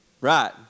Right